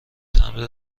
تمبر